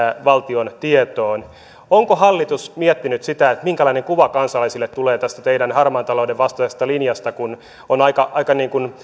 valtion tietoon onko hallitus miettinyt sitä minkälainen kuva kansalaisille tulee tästä teidän harmaan talouden vastaisesta linjastanne kun on aika aika